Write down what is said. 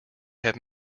have